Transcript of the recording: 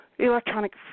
Electronic